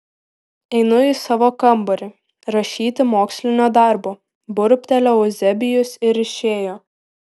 einu į savo kambarį rašyti mokslinio darbo burbtelėjo euzebijus ir išėjo